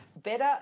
better